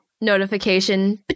notification